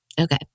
Okay